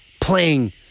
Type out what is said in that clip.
playing